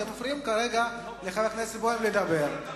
אתם מפריעים כרגע לחבר הכנסת בוים לדבר.